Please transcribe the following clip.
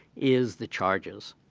is the charges.